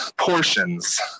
portions